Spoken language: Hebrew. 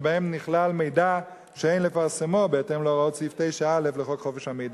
שבהן נכלל מידע שאין לפרסמו בהתאם להוראות סעיף 9(א) לחוק חופש המידע,